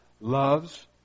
loves